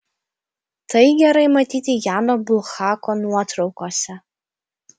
tai gerai matyti jano bulhako nuotraukose